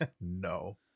No